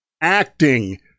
acting